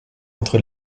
entre